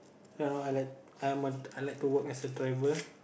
uh I like I'm a I like to work as driver